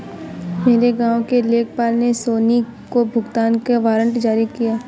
मेरे गांव के लेखपाल ने सोनी को भुगतान का वारंट जारी किया